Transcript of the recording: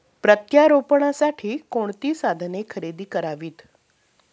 प्रत्यारोपणासाठी कोणती साधने खरेदी करावीत?